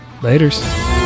laters